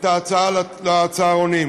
את ההצעה לצהרונים.